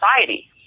society